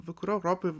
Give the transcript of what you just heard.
vakarų europoj